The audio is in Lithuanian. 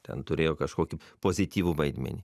ten turėjo kažkokį pozityvų vaidmenį